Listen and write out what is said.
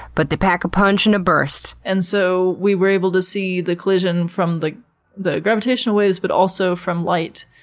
but they pack a punch in a burst! and so we were able to see the collision from the the gravitational waves, but also from light.